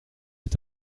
est